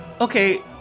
Okay